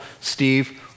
Steve